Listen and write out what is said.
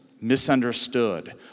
misunderstood